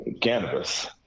cannabis